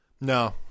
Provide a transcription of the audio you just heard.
No